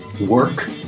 work